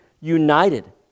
united